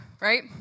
right